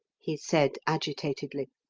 he said agitatedly.